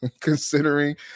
considering